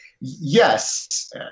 yes